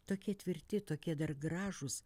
tokie tvirti tokie dar gražūs